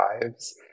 lives